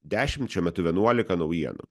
dešimt šiuo metu vienuolika naujienų